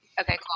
Okay